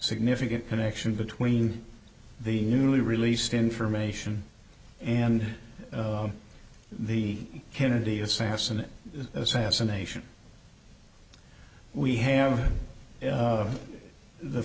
significant connection between the newly released information and the kennedy assassination assassination we have